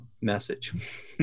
message